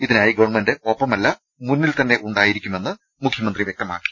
ഇതിനായി ഗവൺമെന്റ് ഒപ്പമല്ല മുന്നിൽ തന്നെ ഉണ്ടാ കുമെന്ന് മുഖ്യമന്ത്രി വ്യക്തമാക്കി